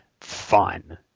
fun